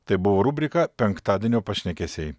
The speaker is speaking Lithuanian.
tai buvo rubrika penktadienio pašnekesiai